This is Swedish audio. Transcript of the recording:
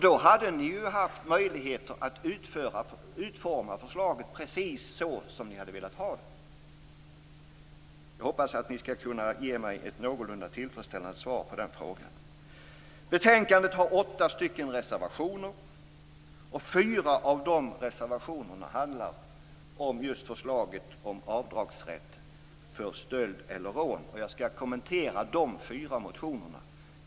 Då hade ni haft möjlighet att utforma förslaget precis så som ni hade velat ha det. Jag hoppas att ni kan ge mig ett någorlunda tillfredsställande svar på den frågan. Till betänkandet finns åtta reservationer. Fyra av de reservationerna handlar just om förslaget om avdragsrätt vid stöld eller rån. Jag skall kommentera de fyra reservationerna.